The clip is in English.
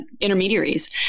intermediaries